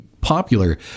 popular